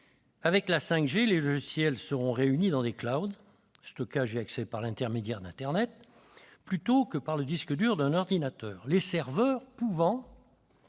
Avec la 5G, les logiciels seront réunis dans le, c'est-à-dire un stockage et un accès par l'intermédiaire d'internet, plutôt que par le disque dur d'un ordinateur, les serveurs pouvant